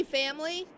family